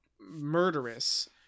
murderous